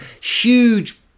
huge